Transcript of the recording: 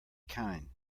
kine